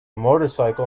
motorcycle